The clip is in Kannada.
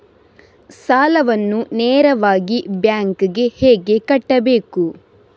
ಸಾಲವನ್ನು ನೇರವಾಗಿ ಬ್ಯಾಂಕ್ ಗೆ ಹೇಗೆ ಕಟ್ಟಬೇಕು?